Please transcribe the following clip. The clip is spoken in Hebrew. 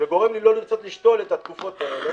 וגורם לי לא לרצות לשתול בתקופות כאלה,